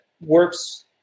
works